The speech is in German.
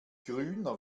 grüner